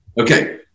Okay